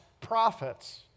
prophets